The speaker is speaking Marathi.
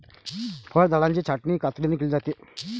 फळझाडांची छाटणी कात्रीने केली जाते